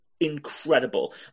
incredible